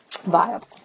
viable